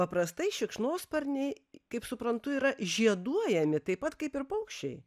paprastai šikšnosparniai kaip suprantu yra žieduojami taip pat kaip ir paukščiai